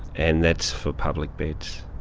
and that's for public beds.